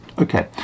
Okay